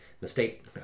mistake